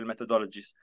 methodologies